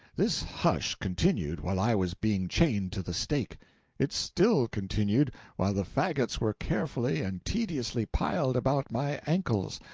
this hush continued while i was being chained to the stake it still continued while the fagots were carefully and tediously piled about my ankles,